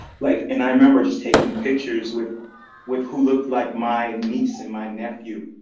like, and i remember just taking pictures with with who looked like my niece and my nephew.